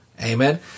Amen